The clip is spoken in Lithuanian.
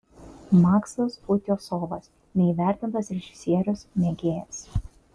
maksas utiosovas neįvertintas režisierius mėgėjas